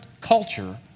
culture